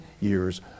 years